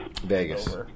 Vegas